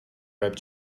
ripe